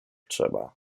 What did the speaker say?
trzeba